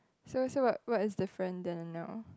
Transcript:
so so what what is the friend Daniel